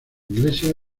iglesia